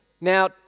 Now